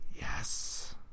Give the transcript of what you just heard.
Yes